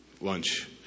lunch